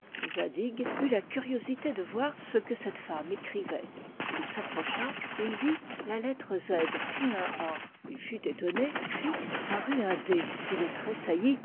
eut la curiosité de voir ce que cette femme écrivait il s'approcha il vit la lettre z puis un a il fut étonné puis parut un d il